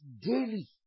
daily